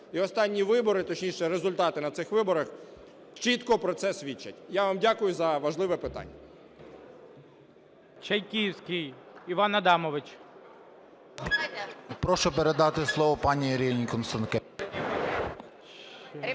і останні вибори, точніше, результати на цих виборах чітко про це свідчать. Я вам дякую за важливе питання.